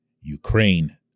Ukraine